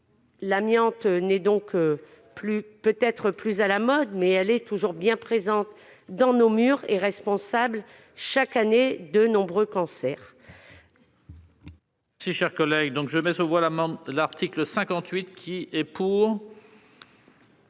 L'amiante n'est peut-être plus à la mode, mais elle est toujours bien présente dans nos murs et responsable, chaque année, de nombreux cancers.